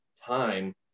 time